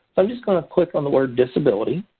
i'm just going to click on the word disability.